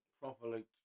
properly